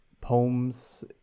poems